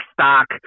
stock